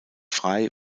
frei